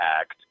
Act